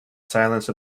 silence